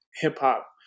hip-hop